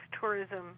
tourism